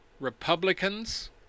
Republicans